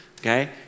Okay